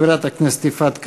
חברת הכנסת יפעת קריב,